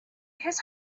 his